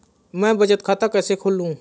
मैं बचत खाता कैसे खोलूँ?